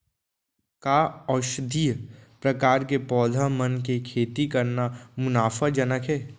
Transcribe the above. का औषधीय प्रकार के पौधा मन के खेती करना मुनाफाजनक हे?